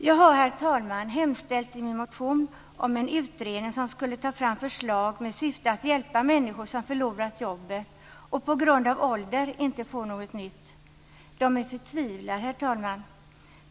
Jag har, herr talman, i min motion hemställt om en utredning som skulle ta fram förslag med syfte att hjälpa människor som har förlorat jobbet och på grund av sin ålder inte får något nytt. De är förtvivlade, herr talman.